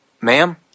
ma'am